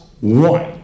one